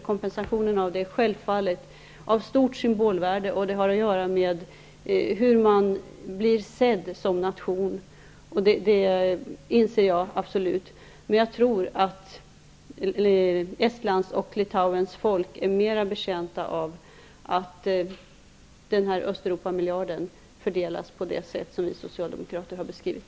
Kompensationen av baltguldet är självfallet av stort symbolvärde, och det har att göra med hur man blir sedd som nation -- det inser jag absolut -- men jag tror att Estlands och Litauens folk är mera betjänta av att Östeuropamiljarden fördelas på det sätt som vi socialdemokrater har beskrivit.